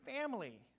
family